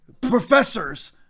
professors